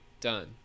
done